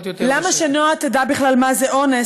למה שנועה תדע בכלל מה זה אונס,